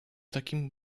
takim